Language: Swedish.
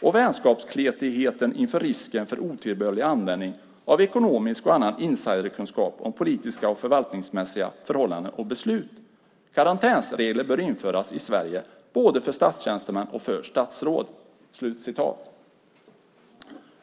och vänskapskletigheten inför risken för otillbörlig användning av ekonomisk och annan insiderkunskap om politiska och förvaltningsmässiga förhållanden och beslut. - Karantänsregler bör införas i Sverige både för statstjänstemän och för statsråd."